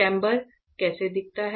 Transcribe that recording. chamber कैसा दिखता है